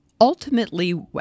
ultimately